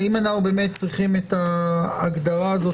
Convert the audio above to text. האם אנחנו באמת צריכים את ההגדרה הזאת